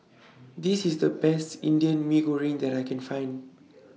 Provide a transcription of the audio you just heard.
This IS The Best Indian Mee Goreng that I Can Find